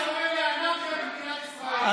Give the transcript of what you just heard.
אתה גורם לאנרכיה במדינת ישראל,